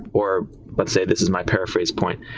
or let's say this is my paraphrase point,